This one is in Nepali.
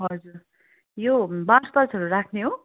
हजुर यो मार्सपास्टहरू राख्ने हो